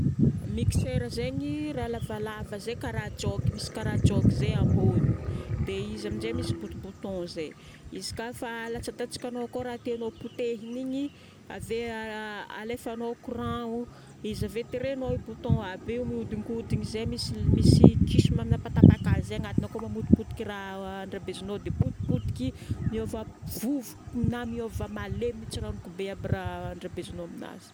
Mixer zegny raha lavalava zay karaha jogy. Misy karaha jogy zay amboniny. Dia izy amin'izay misy botobouton zay. Izy ka fa alatsadatsakanao akao raha tianao hopotehigna igny, ave alefanao courant, izy ave tiregnao i bouton aby io, ahodinkodigna zay misy kiso magnapatapaka azy zay agnatiny akao, mamotipotiky raha andrahabezinao dia potipotiky miôva vovoko na miôva malemy mitsiranoko be aby raha andrahabezinao aminazy.